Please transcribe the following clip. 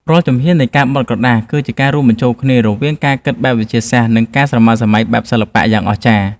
រាល់ជំហាននៃការបត់ក្រដាស គឺជាការរួមបញ្ចូលគ្នារវាងការគិតបែបវិទ្យាសាស្ត្រ និងការស្រមើស្រមៃបែបសិល្បៈយ៉ាងអស្ចារ្យ។